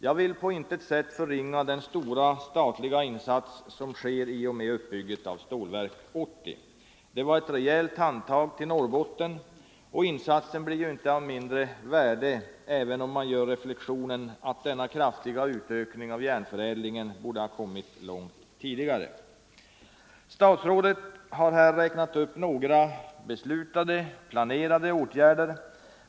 Jag vill på intet sätt förringa den stora statliga insats som sker i och med uppbyggnaden av Stålverk 80. Det var ett rejält handtag till Norrbotten och insatsen blir inte av mindre värde även om man gör reflexionen att denna kraftiga utökning av järnförädlingen borde ha kommit långt tidigare. Statsrådet har räknat upp några beslutade planeringsåtgärder.